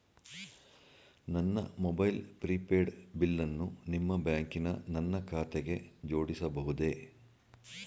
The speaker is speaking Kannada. ನನ್ನ ಮೊಬೈಲ್ ಪ್ರಿಪೇಡ್ ಬಿಲ್ಲನ್ನು ನಿಮ್ಮ ಬ್ಯಾಂಕಿನ ನನ್ನ ಖಾತೆಗೆ ಜೋಡಿಸಬಹುದೇ?